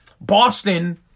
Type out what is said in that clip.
Boston